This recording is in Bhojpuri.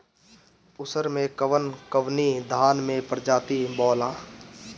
उसर मै कवन कवनि धान के प्रजाति बोआला?